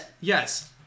Yes